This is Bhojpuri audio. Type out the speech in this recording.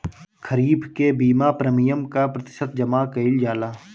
खरीफ के बीमा प्रमिएम क प्रतिशत जमा कयील जाला?